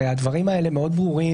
הרי הדברים האלה ברורים מאוד.